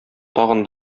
тагын